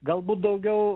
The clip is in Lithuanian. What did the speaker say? galbūt daugiau